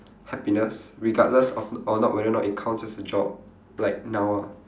happiness regardless of or not whether or not it counts as a job like now ah